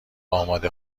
آماده